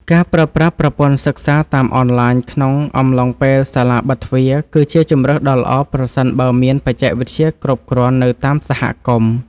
ការប្រើប្រាស់ប្រព័ន្ធសិក្សាតាមអនឡាញក្នុងអំឡុងពេលសាលាបិទទ្វារ គឺជាជម្រើសដ៏ល្អប្រសិនបើមានបច្ចេកវិទ្យាគ្រប់គ្រាន់នៅតាមសហគមន៍។